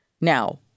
Now